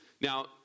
Now